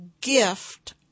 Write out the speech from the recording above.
gift